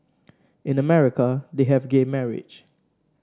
in America they have gay marriage